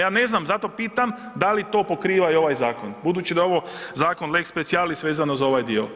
Ja ne znam, zato pitam, da li to pokriva i ovaj zakon, budući da je ovo zakon lex specialis vezano za ovaj dio.